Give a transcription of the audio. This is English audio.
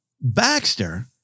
Baxter